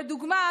לדוגמה,